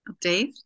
Dave